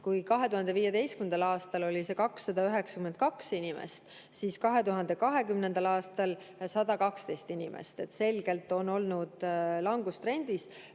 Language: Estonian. Kui 2015. aastal oli see 292 inimest, siis 2020. aastal 112 inimest. See on selgelt olnud langustrendis.